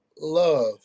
love